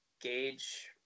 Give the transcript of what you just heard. gauge